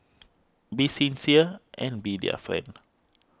be sincere and be their friend